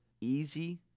easy